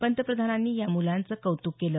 पंतप्रधानांनी या मुलांचं कौतुक केलं